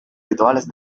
rituales